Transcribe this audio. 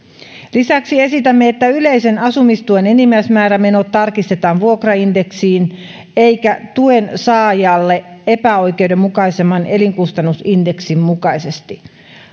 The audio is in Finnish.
lisäksi esitämme että yleisen asumistuen enimmäismäärämenot tarkistetaan vuokraindeksin eikä tuen saajalle epäoikeudenmukaisemman elinkustannusindeksin mukaisesti